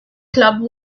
club